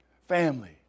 Family